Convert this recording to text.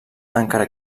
encara